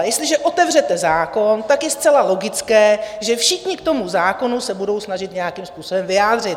Jestliže otevřete zákon, tak je zcela logické, že všichni k tomu zákonu se budou snažit nějakým způsobem vyjádřit.